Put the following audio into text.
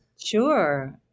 Sure